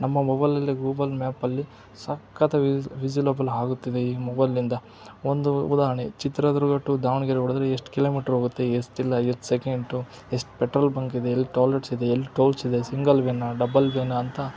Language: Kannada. ನಮ್ಮ ಮೊಬೈಲ್ನಲ್ಲೇ ಗೂಗಲ್ ಮ್ಯಾಪಲ್ಲಿ ಸಕ್ಕತ್ತಾಗಿ ವಿಸಿಲೇಬಲ್ ಆಗುತ್ತದೆ ಈ ಮೊಬೈಲ್ನಿಂದ ಒಂದು ಉದಾಹರಣೆ ಚಿತ್ರದುರ್ಗ ಟು ದಾವಣಗೆರೆ ಹೊಡಿದ್ರೆ ಎಷ್ಟು ಕಿಲೋಮೀಟ್ರು ಹೋಗುತ್ತೆ ಎಷ್ಟೆಲ್ಲ ಎಷ್ಟು ಸೆಕೆಂಟು ಎಷ್ಟು ಪೆಟ್ರೋಲ್ ಬಂಕ್ ಇದೆ ಎಲ್ಲಿ ಟೋಲೇಟ್ಸ್ ಇದೆ ಎಲ್ಲಿ ಟೋಲ್ಸ್ ಇದೆ ಸಿಂಗಲ್ ವೇನಾ ಡಬ್ಬಲ್ ವೇನಾ ಅಂತ